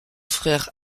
frère